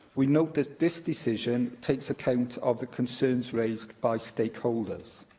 we note that this decision takes account of the concerns raised by stakeholders.